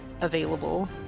available